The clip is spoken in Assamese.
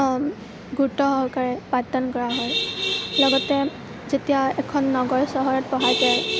গুৰুত্ব সহকাৰে পাঠদান কৰা হয় লগতে যেতিয়া এখন নগৰ চহৰত পঢ়া যায়